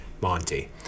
Monty